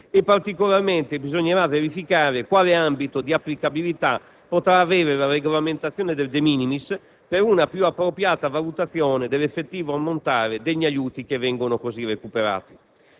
particolarmente, bisognerà verificare quale ambito di applicabilità potrà avere la regolamentazione del *de minimis* per una più appropriata valutazione dell'effettivo ammontare degli aiuti che vengono così recuperati.